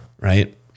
Right